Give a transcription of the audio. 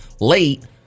late